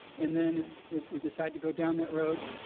and then if if we decide to go down that road,